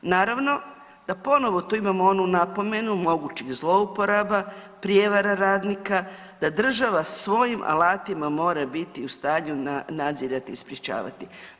Naravno da ponovno tu imamo onu napomenu mogućih zlouporaba, prijevara radnika, da država svojim alatima mora biti u stanju nadzirati i sprječavati.